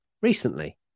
recently